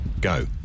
Go